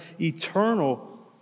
eternal